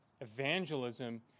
evangelism